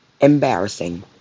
embarrassing